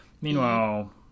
Meanwhile